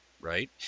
right